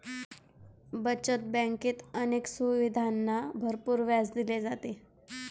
बचत बँकेत अनेक सुविधांना भरपूर व्याज दिले जाते